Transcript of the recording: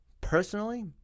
Personally